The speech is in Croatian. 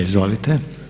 Izvolite.